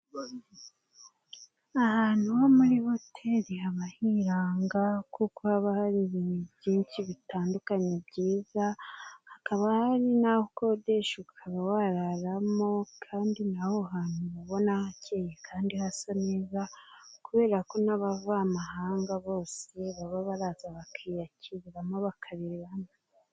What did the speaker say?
Ahantu ho muri hoteli haba hiranga kuko haba hari ibintu byinshi bitandukanye byiza, hakaba hari n'aho ukodesha ukaba wararamo kandi n'aho hantu uba ubona hakeye kandi hasa neza, kubera ko n'abavamahanga bose baba baraza bakiyakiriramo bakariramo.